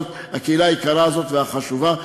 בקהילה הזאת, הקהילה היקרה והחשובה הזאת.